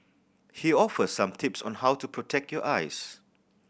he offers some tips on how to protect your eyes